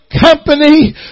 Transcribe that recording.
company